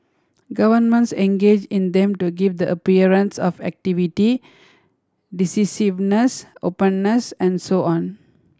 governments engage in them to give the appearance of activity decisiveness openness and so on